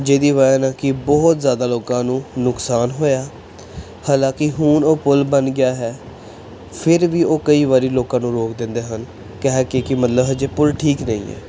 ਜਿਹਦੀ ਵਜ੍ਹਾ ਨਾਲ ਕਿ ਬਹੁਤ ਜ਼ਿਆਦਾ ਲੋਕਾਂ ਨੂੰ ਨੁਕਸਾਨ ਹੋਇਆ ਹਾਲਾਂਕਿ ਹੁਣ ਉਹ ਪੁੱਲ ਬਣ ਗਿਆ ਹੈ ਫਿਰ ਵੀ ਉਹ ਕਈ ਵਾਰੀ ਲੋਕਾਂ ਨੂੰ ਰੋਕ ਦਿੰਦੇ ਹਨ ਕਹਿ ਕੇ ਕਿ ਮਤਲਬ ਅਜੇ ਪੁੱਲ ਠੀਕ ਨਹੀਂ ਹੈ